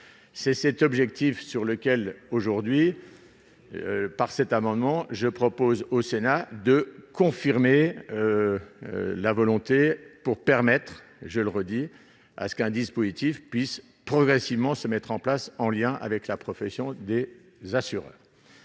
c'est cet objectif sur lequel aujourd'hui par cet amendement, je propose au Sénat de confirmer la volonté pour permettre, je le redis à ce qu'un dispositif puisse progressivement se mettre en place, en lien avec la profession des assureurs,